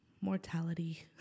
mortality